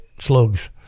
Slugs